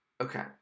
Okay